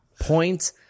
point